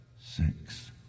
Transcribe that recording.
six